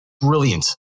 Brilliant